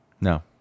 No